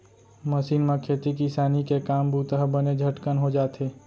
machine म खेती किसानी के काम बूता ह बने झटकन हो जाथे